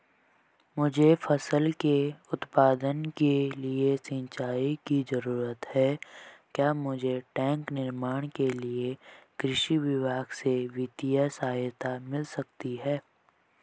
मुझे फसल के उत्पादन के लिए सिंचाई की जरूरत है क्या मुझे टैंक निर्माण के लिए कृषि विभाग से वित्तीय सहायता मिल सकती है?